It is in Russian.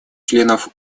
членов